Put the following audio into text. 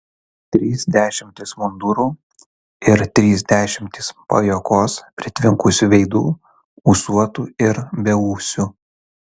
trys dešimtys mundurų ir trys dešimtys pajuokos pritvinkusių veidų ūsuotų ir beūsių